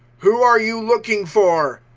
who are you looking for?